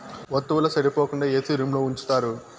వత్తువుల సెడిపోకుండా ఏసీ రూంలో ఉంచుతారు